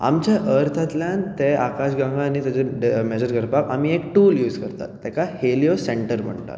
आमच्या अर्थांतल्यान ते आकाशगंगा आनी तेजे मेजर करपाक आमी एक टूल युज करतात तेका हेलियो सेंटर म्हणटात